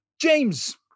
James